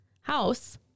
house